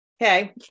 Okay